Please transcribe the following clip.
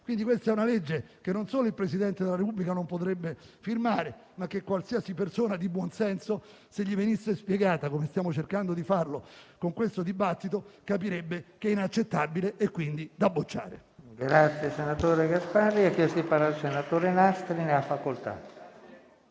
È questo un testo che non solo il Presidente della Repubblica non potrebbe firmare, ma che qualsiasi persona di buon senso, se gli venisse spiegato come stiamo cercando di fare con questo dibattito, capirebbe che è inaccettabile e quindi da bocciare. PRESIDENTE. È iscritto a parlare il senatore Nastri. Ne ha facoltà.